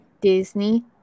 Disney